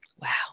Wow